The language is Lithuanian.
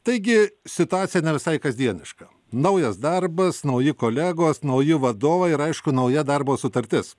taigi situacija ne visai kasdieniška naujas darbas nauji kolegos nauji vadovai ir aišku nauja darbo sutartis